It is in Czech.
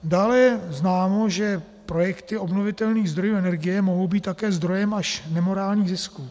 Dále je známo, že projekty obnovitelných zdrojů energie mohou být také zdrojem až nemorálních zisků.